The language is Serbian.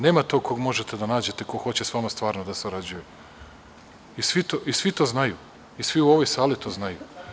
Nema tog kog možete da nađete ko hoće sa vama stvarno da sarađuje, i svi to znaju i svi u ovoj sali to znaju.